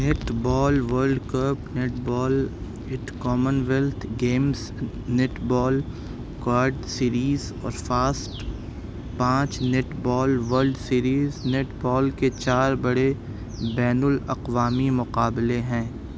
net ball world cup netball at commonwealth games netball quad series اور fast پانچ netball world series netball کے چار بڑے بین الاقوامی مقابلے ہیں